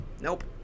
Nope